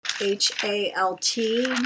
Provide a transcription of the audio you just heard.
H-A-L-T